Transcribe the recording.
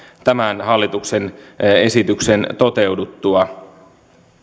tämän hallituksen esityksen toteuduttua